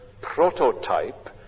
prototype